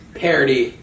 parody